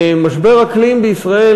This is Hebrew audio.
משבר אקלים בישראל,